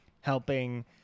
helping